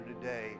today